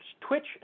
Twitch